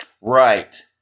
Right